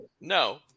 no